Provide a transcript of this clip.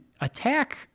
attack